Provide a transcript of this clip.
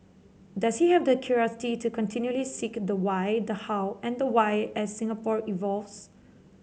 does he have the curiosity to continually seek the why the how and the why as Singapore evolves